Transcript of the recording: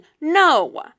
No